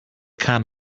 kind